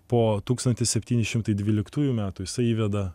po tūkstantis septyni šimtai dvyliktųjų metų jisai įveda